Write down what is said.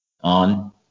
on